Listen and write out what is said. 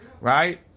Right